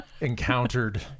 encountered